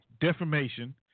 defamation